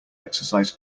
exercise